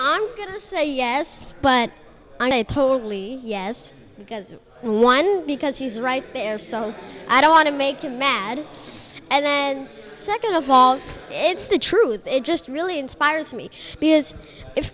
i'm going to say yes but i totally yes because one because he's right there so i don't want to make you mad and then second of all it's the truth it just really inspires me